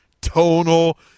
tonal